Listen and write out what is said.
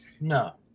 No